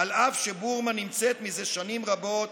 אף על פי שבורמה נמצאת זה שנים רבות